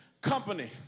company